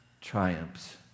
triumphs